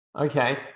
Okay